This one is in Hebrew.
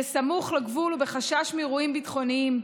סמוך לגבול ובחשש מאירועים ביטחוניים,